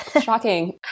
Shocking